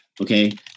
okay